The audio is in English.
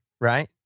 right